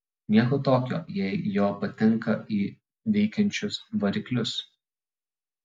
nieko tokio jei jo patenka į veikiančius variklius